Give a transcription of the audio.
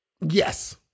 Yes